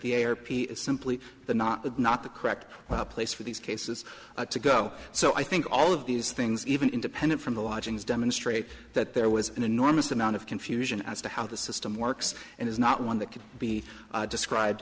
p is simply not that not the correct place for these cases to go so i think all of these things even independent from the lodgings demonstrate that there was an enormous amount of confusion as to how the system works and is not one that could be described